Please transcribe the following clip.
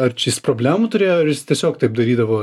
ar čia jis problemų turėjo ar jis tiesiog taip darydavo